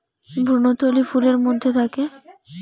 ভ্রূণথলি ফুলের মধ্যে থাকে